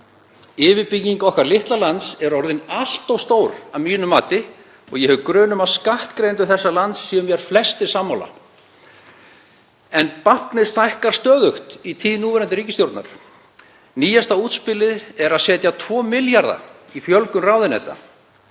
Yfirbygging okkar litla lands er orðin allt of stór að mínu mati og ég hef grun um að skattgreiðendur þessa lands séu mér flestir sammála. Báknið stækkar stöðugt í tíð núverandi ríkisstjórnar. Nýjasta útspilið er að setja 2 milljarða í fjölgun ráðuneyta.